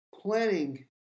Planning